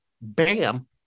Bam